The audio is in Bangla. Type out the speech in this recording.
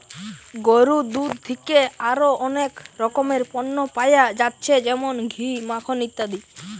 গরুর দুধ থিকে আরো অনেক রকমের পণ্য পায়া যাচ্ছে যেমন ঘি, মাখন ইত্যাদি